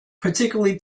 particularly